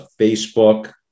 Facebook